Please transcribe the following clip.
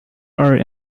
are